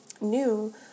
new